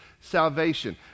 salvation